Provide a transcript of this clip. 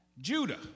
Judah